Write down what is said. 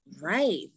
Right